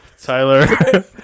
Tyler